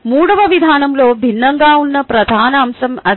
మూడవ విధానంలో భిన్నంగా ఉన్న ప్రధాన అంశం అది